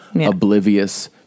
oblivious